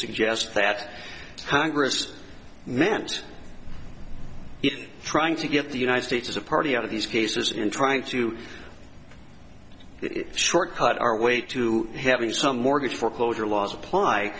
suggest that congress meant it trying to get the united states as a party out of these cases in trying to it short cut our way to having some mortgage foreclosure laws apply